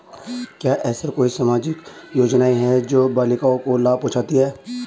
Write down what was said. क्या ऐसी कोई सामाजिक योजनाएँ हैं जो बालिकाओं को लाभ पहुँचाती हैं?